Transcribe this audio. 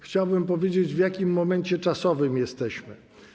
Chciałbym powiedzieć, w jakim momencie czasowym jesteśmy.